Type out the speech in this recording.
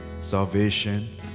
salvation